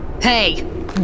Hey